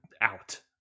out